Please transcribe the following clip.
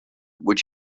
which